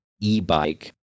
e-bike